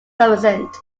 sufficient